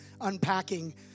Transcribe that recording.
unpacking